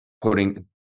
putting